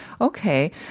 Okay